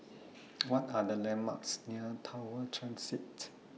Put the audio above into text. What Are The landmarks near Tower Transit